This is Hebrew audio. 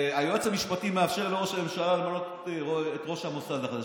שהיועץ המשפטי מאפשר לראש הממשלה למנות את ראש המוסד החדש.